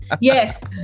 Yes